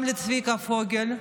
גם לצביקה פוגל,